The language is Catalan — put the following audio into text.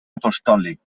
apostòlic